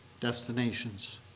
destinations